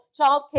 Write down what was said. childcare